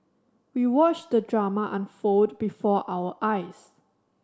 we watched the drama unfold before our eyes